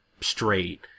straight